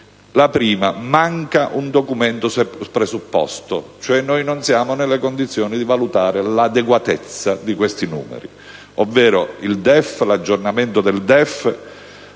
alla prima, manca un documento presupposto: noi, cioè, non siamo nelle condizioni di valutare l'adeguatezza di questi numeri, ovvero il DEF, l'aggiornamento del DEF